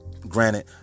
granted